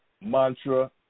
mantra